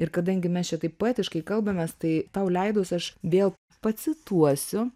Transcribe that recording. ir kadangi mes čia taip poetiškai kalbamės tai tau leidus aš vėl pacituosiu